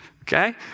okay